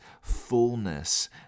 fullness